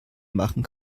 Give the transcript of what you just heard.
machen